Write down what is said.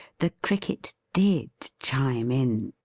the cricket did chime in!